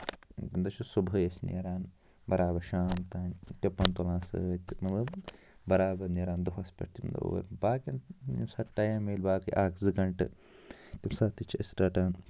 کُنہِ دۄہ چھِ صبُحٲے أسۍ نٮ۪ران برابر شام تام ٹِپن تُلان سۭتۍ مطلب برابر نٮ۪ران دۄہَس پٮ۪ٹھ تَمہِ دۄہ اوٗرۍ باقین ییٚمہِ ساتہٕ ٹایم مِلہِ باقی اکھ زٕ گَنٹہٕ تَمہِ ساتہٕ تہِ چھِ أسۍ رَٹان